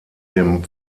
dem